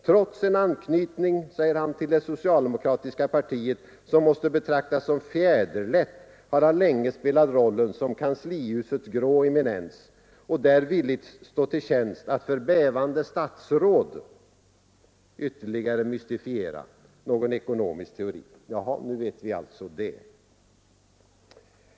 Trots en anknytning till det socialdemokratiska partiet som måste betraktas som fjäderlätt har han länge spelat rollen som kanslihusets grå eminens och där villigt stått till tjänst med att för bävande statsråd ytterligare mystifiera någon ekonomisk teori.” Jaha, nu vet vi det!